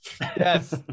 Yes